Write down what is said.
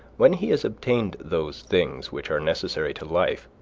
when he has obtained those things which are necessary to life,